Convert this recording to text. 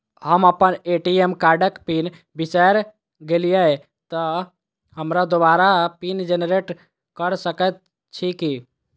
हम अप्पन ए.टी.एम कार्डक पिन बिसैर गेलियै तऽ हमरा दोबारा पिन जेनरेट कऽ सकैत छी की?